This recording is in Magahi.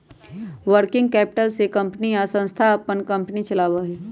वर्किंग कैपिटल से कंपनी या संस्था अपन कंपनी चलावा हई